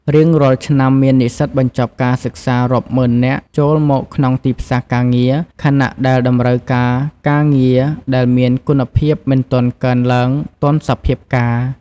រៀងរាល់ឆ្នាំ មាននិស្សិតបញ្ចប់ការសិក្សារាប់ម៉ឺននាក់ចូលមកក្នុងទីផ្សារការងារ ខណៈដែលតម្រូវការការងារដែលមានគុណភាពមិនទាន់កើនឡើងទាន់សភាពការណ៍។